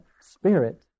spirit